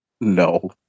no